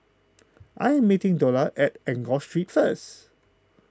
I am meeting Dola at Enggor Street first